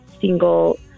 single